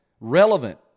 relevant